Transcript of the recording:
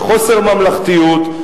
בחוסר ממלכתיות,